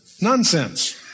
Nonsense